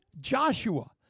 Joshua